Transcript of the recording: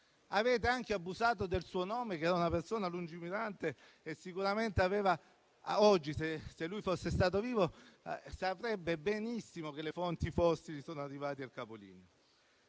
Avete anche abusato del suo nome: era una persona lungimirante e sicuramente oggi, se fosse vivo, saprebbe benissimo che le fonti fossili sono arrivate al capolinea.